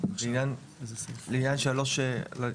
אם אינני טועה,